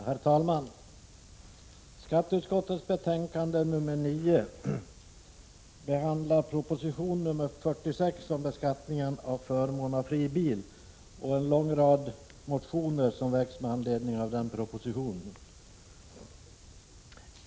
Herr talman! Skatteutskottets betänkande 9 behandlar proposition 46 om beskattningen av förmån av fri bil och en lång rad motioner som väckts med anledning av den propositionen.